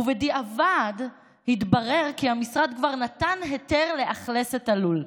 ובדיעבד התברר כי המשרד כבר נתן היתר לאכלס את הלול.